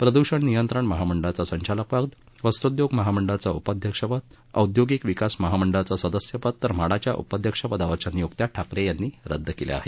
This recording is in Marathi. प्रदूषण नियंत्रण महामंडळाचं संचालक पद वस्रोद्योग महामंडळाचं उपाध्यक्षपद औद्योगिक विकास महामंडळाचं सदस्यपद तर म्हाडाच्या उपाध्यक्षपदावरील नियुक्त्या ठाकरे यांनी रद्द केल्या आहेत